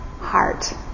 heart